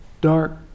dark